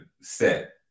set